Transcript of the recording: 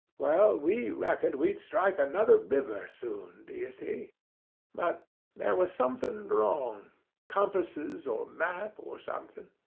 well, we reckoned we'd strike another river soon, d'ye see. but there was somethin' wrong compasses, or map, or somethin',